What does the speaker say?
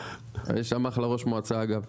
כן, יש שם אחלה ראש מועצה אגב.